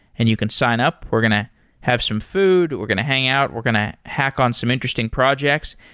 and you can sign up. we're going to have some food. we're going to hang out. we're going to hack on some interesting projects.